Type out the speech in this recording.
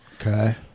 Okay